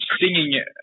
singing